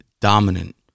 dominant